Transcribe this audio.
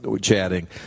chatting